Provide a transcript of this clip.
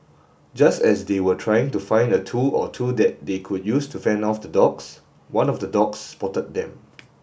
just as they were trying to find a tool or two that they could use to fend off the dogs one of the dogs spotted them